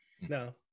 no